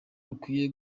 rukwiye